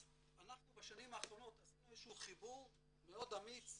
אנחנו בשנים האחרונות עשינו איזשהו חיבור מאוד אמיץ,